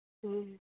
ᱦᱮᱸ